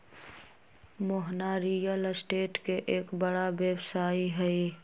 Mohana real estate के एक बड़ा व्यवसायी हई